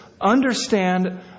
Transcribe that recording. Understand